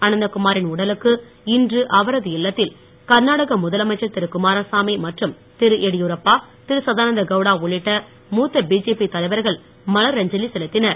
அனந்தகுமாரின் உடலுக்கு இன்று அவரது இல்லத்தில் கர்நாடக முதலமைச்சர் திரு குமாரசாமி மற்றும் திரு எடியுரப்பா திரு சதானந்த கவுடா உள்ளிட்ட மூத்த பிஜேபி தலைவர்கள் மலர் அஞ்சலி செலுத்தினர்